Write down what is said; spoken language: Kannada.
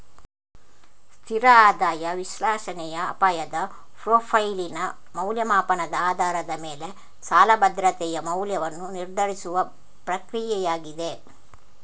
ಸ್ಥಿರ ಆದಾಯ ವಿಶ್ಲೇಷಣೆಯ ಅಪಾಯದ ಪ್ರೊಫೈಲಿನ ಮೌಲ್ಯಮಾಪನದ ಆಧಾರದ ಮೇಲೆ ಸಾಲ ಭದ್ರತೆಯ ಮೌಲ್ಯವನ್ನು ನಿರ್ಧರಿಸುವ ಪ್ರಕ್ರಿಯೆಯಾಗಿದೆ